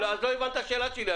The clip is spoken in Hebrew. את לא הבנת את השאלה שלי.